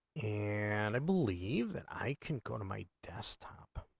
and i believe that i can call might desktops